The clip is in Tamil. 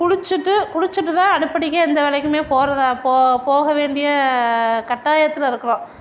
குளித்துட்டு குளித்துட்டு தான் அடுப்படிக்கே எந்த வேலைக்குமே போகிறதா போ போக வேண்டிய கட்டாயத்தில் இருக்கிறோம்